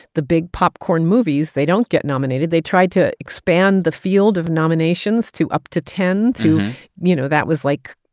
the big popcorn movies, they don't get nominated. they tried to expand the field of nominations to up to ten to you know, that was, like,